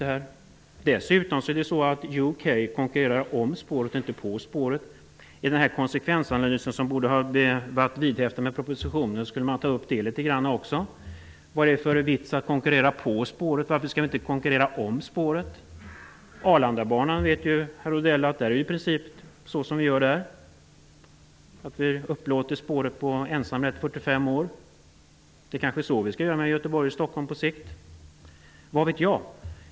Det är dessutom så att man konkurrerar om spåret och inte på spåret i Storbritannien. Det borde man ha tagit upp i den konsekvensanalys som skulle ha bifogats propositionen. Vad är det för vits med att konkurrera på spåret? Varför skall vi inte konkurrera om spåret? Herr Odell vet att det i princip är så man gör vad gäller Arlandabanan. Man upplåter spåret med ensamrätt i 45 år. Det är kanske så vi skall göra mellan Göteborg och Stockholm på sikt. Vad vet jag?